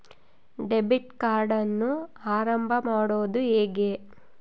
Debit ಕಾರ್ಡನ್ನು ಆರಂಭ ಮಾಡೋದು ಹೇಗೆ?